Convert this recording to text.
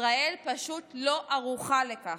ישראל פשוט לא ערוכה לכך.